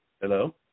Hello